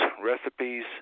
recipes